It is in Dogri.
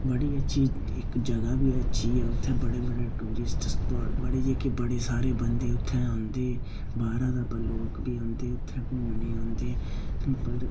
बड़ी गै अच्छी इक्क जगह बी बड़ी अच्छी ऐ उत्थें बड़े बड़े टुरिस्ट स्पॉट जेह्के बड़े सारे बंदे उत्थें औंदे बाह्रा दा लोक बी औंदे उत्थें घुम्मने गी औंदे पर